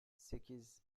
sekiz